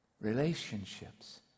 Relationships